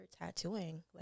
tattooing